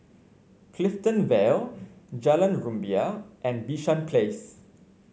Clifton Vale Jalan Rumbia and Bishan Place